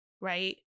right